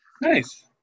Nice